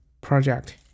project